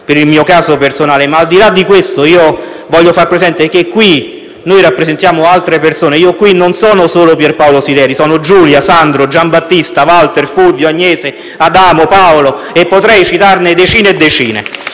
per il mio caso personale, ma, al di là di questo, voglio far presente che qui rappresentiamo altre persone e io qui non sono solo Pierpaolo Sileri, sono anche Giulia, Sandro, Gianbattista, Walter, Fulvio, Agnese, Adamo, Paolo e potrei citare altre decine